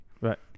Right